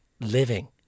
living